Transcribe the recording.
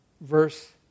Verse